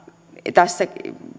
tässä